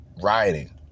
rioting